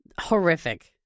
Horrific